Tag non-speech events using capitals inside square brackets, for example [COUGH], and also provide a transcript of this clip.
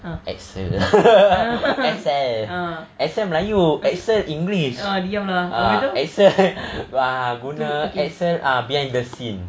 excel [LAUGHS] excel excel melayu excel english excel ha guna excel ah behind the scene